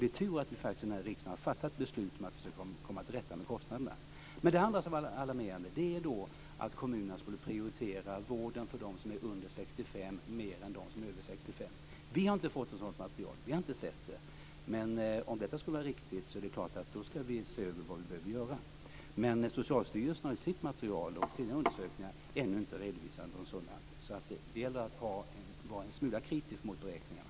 Det är tur att riksdagen har fattat beslut för att komma till rätta med kostnaderna. Det andra som var alarmerande är att kommunerna skulle prioritera vården mer för dem som är under 65 år än för dem som är över 65 år. Vi har inte fått något sådant material. Men om det är riktigt, skall vi ser över vad som behöver göras. Men Socialstyrelsen har i sitt material och i sina undersökningar ännu inte redovisat något sådant. Det gäller att vara en smula kritisk mot beräkningarna.